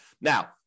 Now